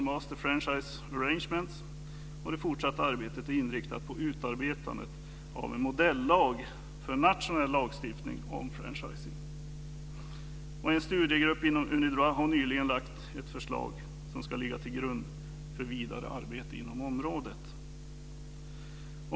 Master Franchise Arrangements, och det fortsatta arbetet är inriktat på utarbetandet av en modellag för nationell lagstiftning om franchising. En studiegrupp inom Unidroit har nyligen lagt fram ett förslag som ska ligga till grund för vidare arbete inom området.